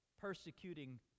persecuting